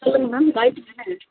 சொல்லுங்கள் மேம் காயத்ரி தானே